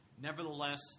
Nevertheless